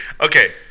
Okay